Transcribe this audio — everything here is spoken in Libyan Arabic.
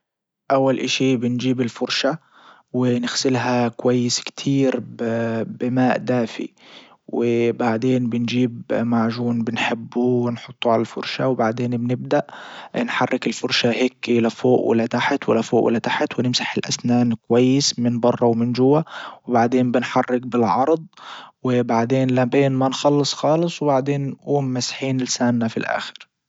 اول اشي بنجيب الفرشة ونغسلها كويس كتير بماء دافي وبعدين بنجيب معجون بنحبه ونحطه على الفرشة وبعدين بنبدأ نحرك الفرشة هيكي لفوق ولتحت ولفوق ولتحت ونمسح الاسنان كويس من برا ومن جوا وبعدين بنحرك بالعرض وبعدين لبين ما نخلص خالص وبعدين نقوم ماسحين لسنانا في الاخر.